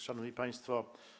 Szanowni Państwo!